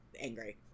angry